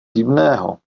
divného